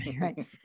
right